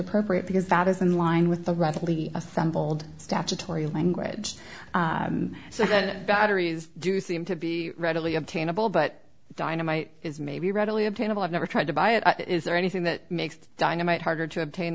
appropriate because that is in line with the radically assembled statutory language so that batteries do seem to be readily obtainable but dynamite is maybe readily obtainable i've never tried to buy it is there anything that makes dynamite harder to obtain